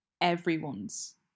everyone's